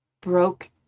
broke